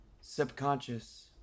subconscious